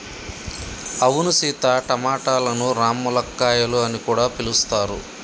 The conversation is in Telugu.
అవును సీత టమాటలను రామ్ములక్కాయాలు అని కూడా పిలుస్తారు